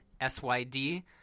S-Y-D